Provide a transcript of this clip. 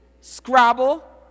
Scrabble